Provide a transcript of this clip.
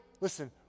listen